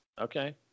Okay